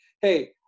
hey